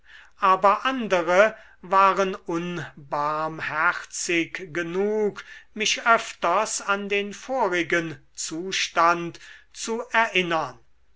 aber andere waren unbarmherzig genug mich öfters an den vorigen zustand zu erinnern